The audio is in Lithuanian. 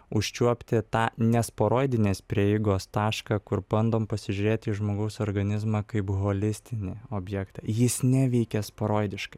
užčiuopi tą nesporoidinės prieigos tašką kur pabandom pasižiūrėt į žmogaus organizmą kaip holistinį objektą jis neveikia sporoidiškai